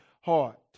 heart